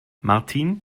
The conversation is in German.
martine